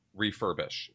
refurbish